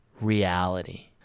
reality